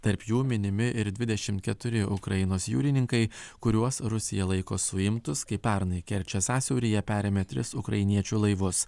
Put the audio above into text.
tarp jų minimi ir dvidešim keturi ukrainos jūrininkai kuriuos rusija laiko suimtus kai pernai kerčės sąsiauryje perėmė tris ukrainiečių laivus